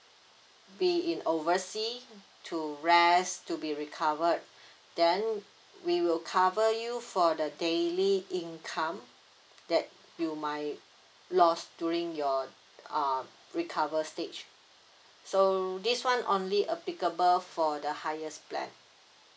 be in oversea to rest to be recovered then we will cover you for the daily income that you might lost during your uh recover stage so this [one] only applicable for the highest plan